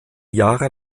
jahre